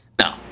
No